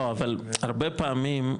לא, אבל הרבה פעמים,